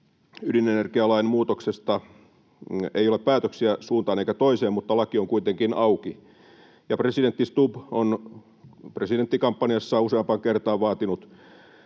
ydinenergialain muutoksesta ei ole päätöksiä suuntaan eikä toiseen, mutta laki on kuitenkin auki. Ja presidentti Stubb on presidenttikampanjassaan useampaan kertaan vaatinut